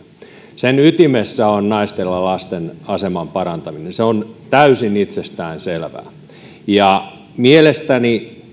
sen ytimessä on naisten ja lasten aseman parantaminen se on täysin itsestäänselvää mielestäni